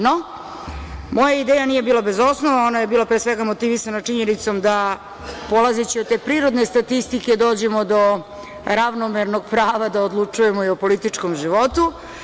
No, moja ideja nije bila bez osnova, ona je bila pre svega motivisana činjenicom da, polazeći od te prirodne statistike, dođemo do ravnomernog prava da odlučujemo i u političkom životu.